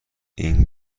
این